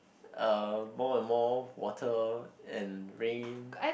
uh more and more water and rain